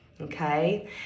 Okay